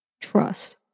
trust